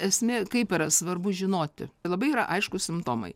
esmė kaip yra svarbu žinoti tai labai yra aiškūs simptomai